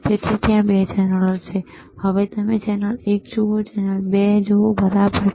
તેથી ત્યાં 2 ચેનલો છે જો તમે ચેનલ એક જુઓ ચેનલ 2 બરાબર ને